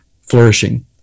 flourishing